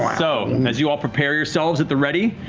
so as you all prepare yourselves at the ready,